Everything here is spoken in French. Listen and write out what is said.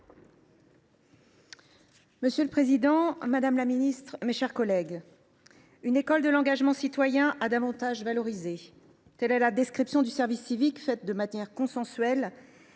Monsieur le président, madame la ministre, mes chers collègues, une « école de l’engagement citoyen à davantage valoriser »: telle est la description du service civique faite de manière consensuelle